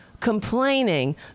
complaining